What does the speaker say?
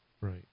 Right